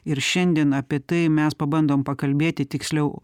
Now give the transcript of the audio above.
ir šiandien apie tai mes pabandom pakalbėti tiksliau